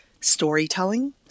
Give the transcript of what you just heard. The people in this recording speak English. storytelling